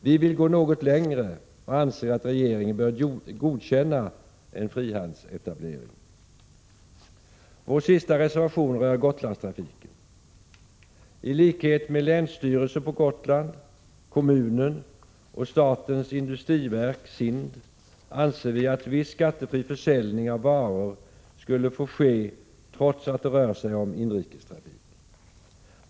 Vi vill gå något längre och anser att regeringen bör godkänna en frihamnsetablering. Vår sista reservation rör Gotlandstrafiken. I likhet med länsstyrelsen på Gotland, kommunen och statens industriverk anser vi att viss skattefri försäljning av varor skulle få ske, trots att det rör sig om inrikestrafik.